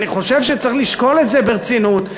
אני חושב שצריך לשקול את זה ברצינות,